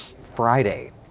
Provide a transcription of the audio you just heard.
Friday